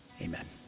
Amen